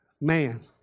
Man